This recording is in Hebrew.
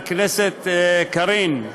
חברת הכנסת קארין,